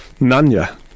Nanya